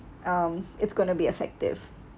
um it's gonna be effective